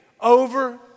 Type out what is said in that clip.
over